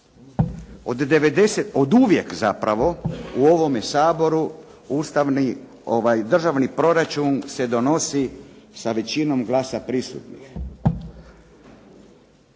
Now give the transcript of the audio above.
Od uvijek zapravo u ovome Saboru državni proračun se donosi sa većinom glasa prisutnih.